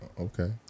Okay